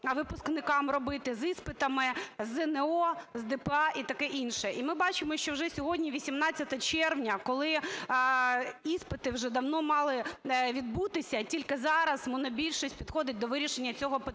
випускникам робити з іспитами, з ЗНО, з ДПА і таке інше. І ми бачимо, що вже сьогодні 18 червня, коли іспити вже давно мали відбутися, тільки зараз монобільшість підходить до вирішення цього питання.